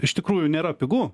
iš tikrųjų nėra pigu